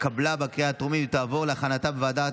התקבלה בקריאה הטרומית ותעבור לוועדת